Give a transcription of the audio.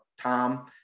Tom